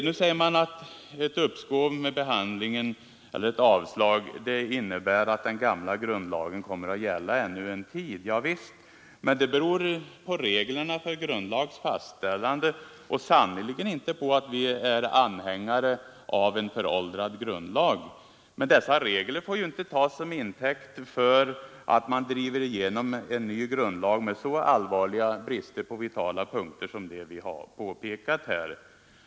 Nu sägs det att ett uppskov med behandlingen eller ett avslag innebär att den gamla grundlagen kommer att gälla ännu en tid. Ja visst, men det beror på reglerna för grundlags fastställande och sannerligen inte på att vi är anhängare av en föråldrad grundlag. Dessa regler får inte tas till intäkt för att driva igenom en ny grundlag med de allvarliga brister på vitala punkter som vi har påpekat här.